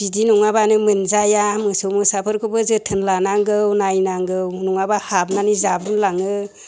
बिदि नङाबानो मोनजाया मोसौ मोसाफोरखौबो जोथोन लानांगौ नायनांगौ नङाबा हाबनानै जाब्रुलाङो